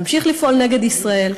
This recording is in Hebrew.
להמשיך לפעול נגד ישראל,